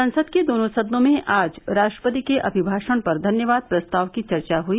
संसद के दोनों सदनों में आज राष्ट्रपति के अभिभाषण पर धन्यवाद प्रस्ताव की चर्चा हुई